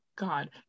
god